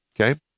okay